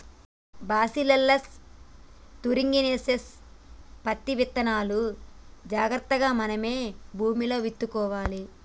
bacillus thuringiensis పత్తి విత్తనాలును జాగ్రత్తగా మనమే భూమిలో విత్తుకోవాలి